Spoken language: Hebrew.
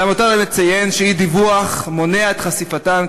למותר לציין שאי-דיווח מונע את חשיפתן,